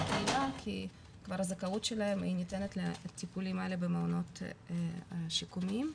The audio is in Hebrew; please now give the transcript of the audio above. כי כבר הזכאות שלהם ניתנת לטיפול במעונות השיקומיים.